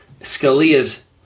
Scalia's